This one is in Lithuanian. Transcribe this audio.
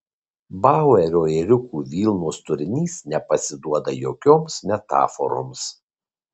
bauerio ėriukų vilnos turinys nepasiduoda jokioms metaforoms